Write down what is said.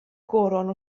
goron